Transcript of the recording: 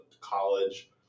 college